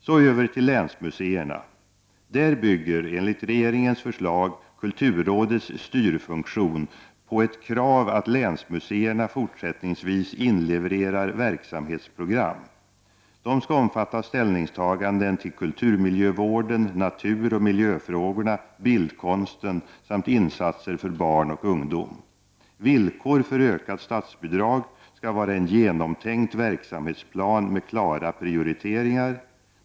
Så över till länsmuseerna. Där bygger, enligt regeringens förslag, kulturrådets styrfunktion på ett krav att länsmuseerna fortsättningsvis inlevererar verksamhetsprogram. De skall omfatta ställningstaganden till kulturmiljö miljö samt till museer och utställningar vården, naturoch miljöfrågorna, bildkonsten samt insatser för barn och ungdom. Villkor för ökat statsbidrag skall vara en genomtänkt verksamhetsplan med klara prioriteringar.